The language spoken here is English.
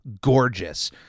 gorgeous